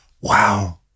Wow